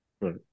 Right